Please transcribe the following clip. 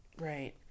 right